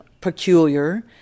peculiar